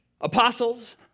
apostles